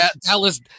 Dallas